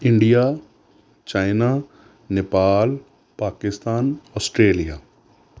India China Nepal Pakistan Australia